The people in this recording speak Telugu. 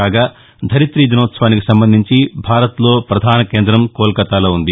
కాగా ధరితీ దినోత్సవానికి సంబంధించి భాంత్లో ప్రధాన కేందం కోల్కతాలో ఉంది